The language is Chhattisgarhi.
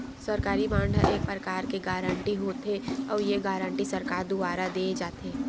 सरकारी बांड ह एक परकार के गारंटी होथे, अउ ये गारंटी सरकार दुवार देय जाथे